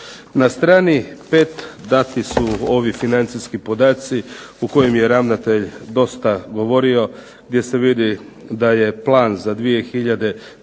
Na strani 5. dati su ovi financijski podaci o kojima je ravnatelj dosta govorio gdje se vidi da je plan za 2009.